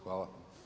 Hvala.